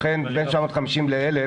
לכן בין 750 ל-1,000